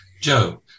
Joe